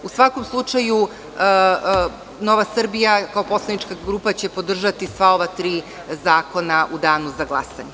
U svakom slučaju, Nova Srbija, kao poslanička grupa, će podržati sva ova tri zakona u danu za glasanje.